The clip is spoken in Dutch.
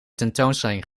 tentoonstelling